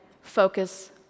focus